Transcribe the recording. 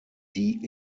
die